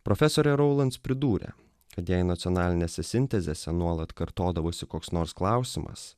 profesorė raulans pridūrė kad jei nacionalinėse sintezėse nuolat kartodavosi koks nors klausimas